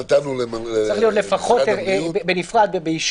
זה צריך להיות בנפרד ובאישור.